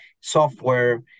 software